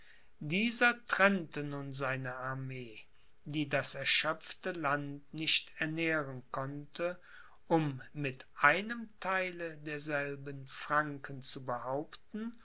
dieser trennte nun seine armee die das erschöpfte land nicht ernähren konnte um mit einem theile derselben franken zu behaupten